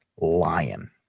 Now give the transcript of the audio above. lion